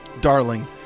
Darling